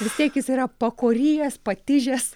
vis tiek jis yra pakoryjęs patižęs